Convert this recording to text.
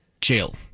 Jail